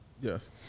Yes